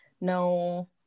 no